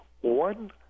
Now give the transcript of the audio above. one